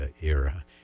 era